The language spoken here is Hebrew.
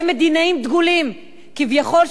הם מדינאים דגולים כביכול,